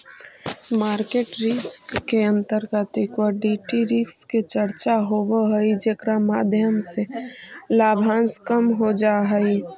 market risk के अंतर्गत equity risk के चर्चा होवऽ हई जेकरा माध्यम से लाभांश कम हो जा हई